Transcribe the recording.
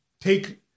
take